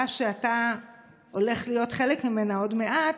שאתה הולך להיות חלק ממנה עוד מעט,